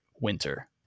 winter